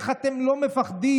איך אתם לא מפחדים?